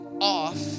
off